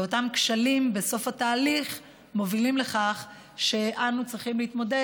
ואותם כשלים בסוף התהליך מובילים לכך שאנו צריכים להתמודד